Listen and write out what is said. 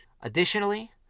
Additionally